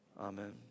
Amen